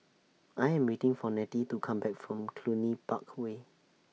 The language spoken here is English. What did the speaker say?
I Am waiting For Nettie to Come Back from Cluny Park Way